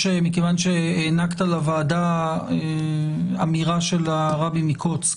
מכיוון שהענקת לוועדה אמירה של הרבי מקוצק,